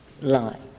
lie